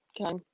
Okay